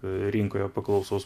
rinkoje paklausaus